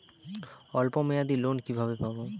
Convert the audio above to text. অল্প মেয়াদি লোন কিভাবে পাব?